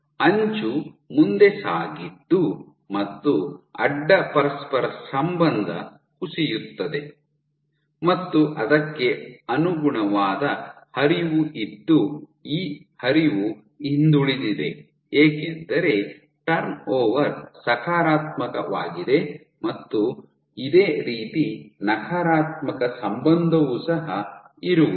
ಅಂಚು ಮುಂದೆ ಸಾಗಿದ್ದು ಮತ್ತು ಅಡ್ಡ ಪರಸ್ಪರ ಸಂಬಂಧ ಕುಸಿಯುತ್ತದೆ ಮತ್ತು ಅದಕ್ಕೆ ಅನುಗುಣವಾದ ಹರಿವು ಇದ್ದು ಈ ಹರಿವು ಹಿಂದುಳಿದಿದೆ ಏಕೆಂದರೆ ಟರ್ನ್ಓವರ್ ಸಕಾರಾತ್ಮಕವಾಗಿದೆ ಮತ್ತು ಇದೆ ರೀತಿ ನಕಾರಾತ್ಮಕ ಸಂಬಂಧವು ಸಹ ಇರುವುದು